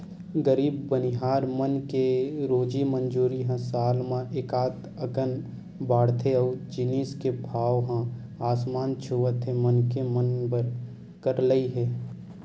गरीब बनिहार मन के रोजी मंजूरी ह साल म एकात अकन बाड़थे अउ जिनिस के भाव ह आसमान छूवत हे मनखे मन बर करलई हे